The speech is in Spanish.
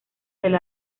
del